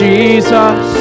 Jesus